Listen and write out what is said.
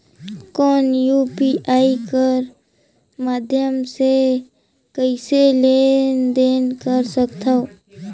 कौन यू.पी.आई कर माध्यम से कइसे लेन देन कर सकथव?